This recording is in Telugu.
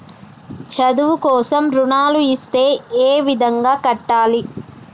చదువు కోసం రుణాలు ఇస్తే ఏ విధంగా కట్టాలి?